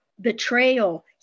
betrayal